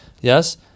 Yes